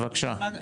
בבקשה.